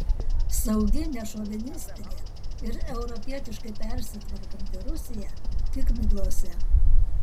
saugi nešovinistinė ir europietiškai persitvarkanti rusija tik miglose